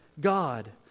God